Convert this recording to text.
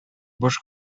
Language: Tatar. буш